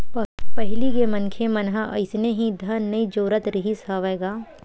पहिली के मनखे मन ह अइसने ही धन नइ जोरत रिहिस हवय गा